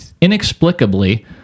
inexplicably